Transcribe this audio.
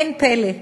אין פלא.